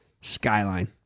Skyline